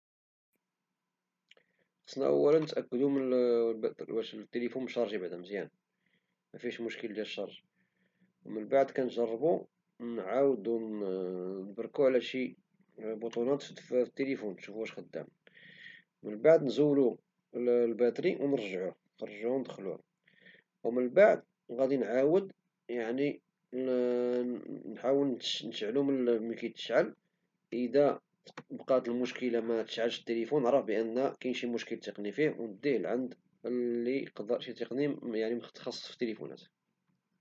خصنا أولا نتأكدو واش التيليفون مشرجي مزيان، مفيهش مشكل ديال الشارج، من بعد كنجربو نعاودو نبركو على شي بوطونات ديال التيليفون نشوفوه واش خدام، من بعد نزولو الباتري وونرجعوه ومن بعد غادي نعاود نحاول نشعلو مين كيتشعل عادة، واذا مشعلش عرف بلي فيه شي مشكل تقني وديه لشي تقني متخصص في الهواتف.